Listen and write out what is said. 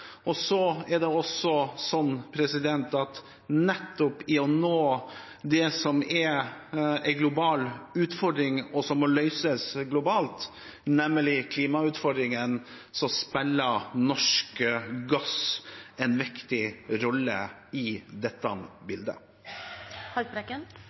er også sånn at nettopp når det gjelder å nå det som er en global utfordring, og som må løses globalt, nemlig klimautfordringen, spiller norsk gass en viktig rolle i dette